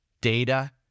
data